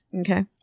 Okay